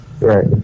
Right